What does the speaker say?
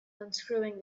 unscrewing